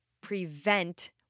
prevent